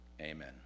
Amen